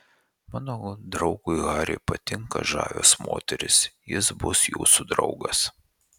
mano draugui hariui patinka žavios moterys jis bus jūsų draugas